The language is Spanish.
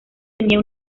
tenía